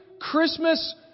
Christmas